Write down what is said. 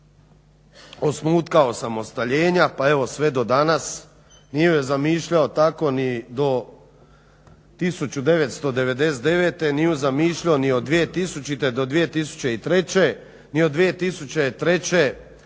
osnutka osamostaljenja pa sve do danas, nije je zamišljao tako ni do 1999. Nije ju zamišljao ni od 2000. do 2003., ni od 2003.